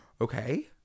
Okay